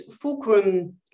Fulcrum